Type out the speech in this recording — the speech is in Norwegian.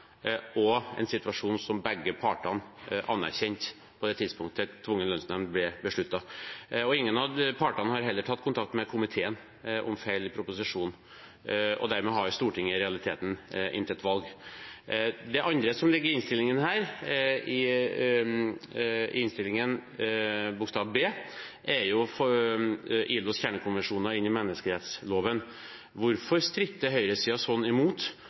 og en situasjon som begge partene anerkjente på det tidspunktet tvungen lønnsnemnd ble besluttet. Ingen av partene har heller tatt kontakt med komiteen om feil i proposisjonen, og dermed har Stortinget i realiteten intet valg. Det andre som ligger i en av innstillingene her, i tilråding B, er å få ILOs kjernekonvensjoner inn i menneskerettsloven. Hvorfor stritter høyresiden sånn imot